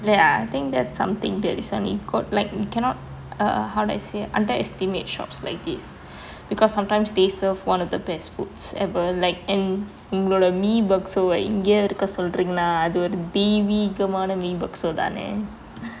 ya I think that's something that recently got like you cannot err how do I say underestimate shops like these because sometimes they serve one of the best foods ever like and உங்களோட:ungaloda mee bakso வே இங்கே வரைக்கும் சொல்றீங்கன்னா அது ஒரு தெய்வீகமான:ve inge varaikkum solreenganna athu oru theiveegamana mee bakso தானே:thaane